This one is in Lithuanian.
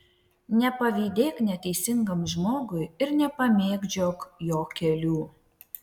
nepavydėk neteisingam žmogui ir nepamėgdžiok jo kelių